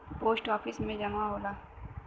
post office में जमा होला